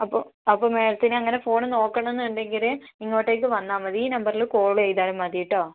അപ്പോൾ അപ്പോൾ മേഡത്തിനങ്ങനെ ഫോൺ നോക്കണമെന്നുണ്ടെങ്കിൽ ഇങ്ങോട്ടേക്ക് വന്നാൽ മതി ഈ നമ്പറിൽ കോൾ ചെയ്താലും മതി കേട്ടോ